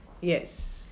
Yes